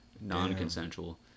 non-consensual